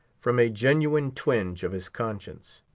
from a genuine twinge of his conscience.